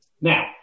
Now